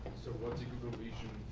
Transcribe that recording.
so what's a good revision